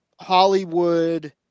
Hollywood